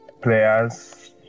players